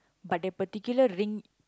but that particular ring